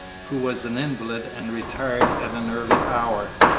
who was an invalid and retired at an early hour,